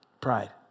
pride